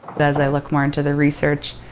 as i look more into the research,